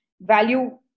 value